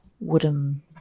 wooden